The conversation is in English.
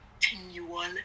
continual